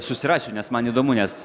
susirasiu nes man įdomu nes